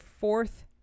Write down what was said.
fourth